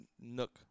Nook